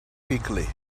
quickly